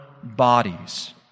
bodies